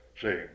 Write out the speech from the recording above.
See